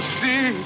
see